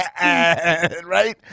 right